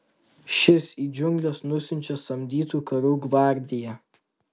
šis į džiungles nusiunčia samdytų karių gvardiją